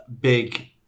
big